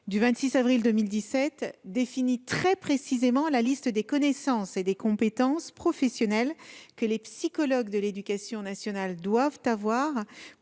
du 26 avril 2017 définit très précisément la liste des connaissances et des compétences professionnelles que les psychologues de l'éducation nationale doivent avoir